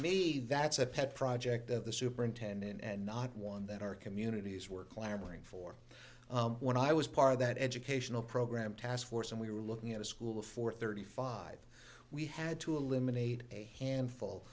me that's a pet project of the superintendent and not one that our communities were clamoring for when i was part of that educational program taskforce and we were looking at a school for thirty five we had to eliminate a handful